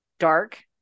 dark